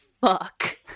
fuck